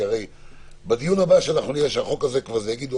כי בדיון הבא יגידו: